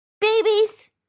Babies